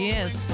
Yes